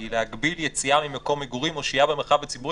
היא להגביל יציאה ממקום מגורים או שהייה במרחב הציבורי,